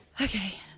Okay